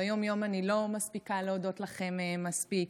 ביום-יום אני לא מספיקה להודות לכם מספיק.